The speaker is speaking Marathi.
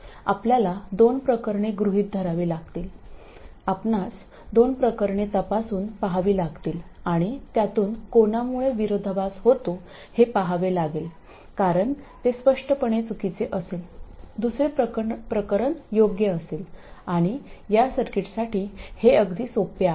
आपल्याला दोन प्रकरणे गृहित धरावी लागतील आपणास दोन प्रकरणे तपासून पहावी लागतील आणि त्यातून कोणामुळे विरोधाभास होतो हे पहावे लागेल कारण ते स्पष्टपणे चुकीचे असेल दुसरे प्रकरण योग्य असेल आणि या सर्किटसाठी हे अगदी सोपे आहे